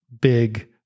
big